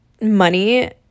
money